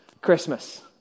Christmas